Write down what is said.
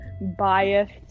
Biased